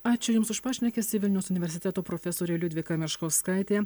ačiū jums už pašnekesį vilniaus universiteto profesorė liudvika meškauskaitė